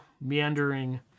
meandering